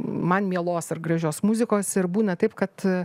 man mielos ar gražios muzikos ir būna taip kad